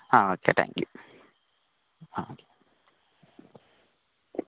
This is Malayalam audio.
ആ ഓക്കെ താങ്ക് യു ആ ഓക്കെ ശരി